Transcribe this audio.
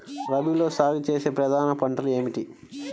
రబీలో సాగు చేసే ప్రధాన పంటలు ఏమిటి?